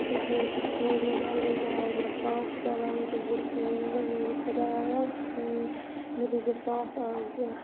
ہیٚرِ وٲج مےٚ جلدی دال مَگر پاوَر چھِ چَلان وٕنۍ چھَس بہٕ وَنان میٛانہِ خۄدایہ مےٚ دیٖزے ساتھ آزٕ